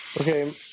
Okay